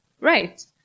Right